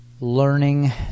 learning